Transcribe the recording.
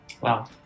wow